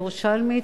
אני ירושלמית,